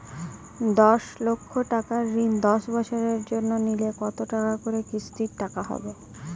দশ লক্ষ টাকার ঋণ দশ বছরের জন্য নিলে কতো টাকা করে কিস্তির টাকা হবে?